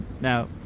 Now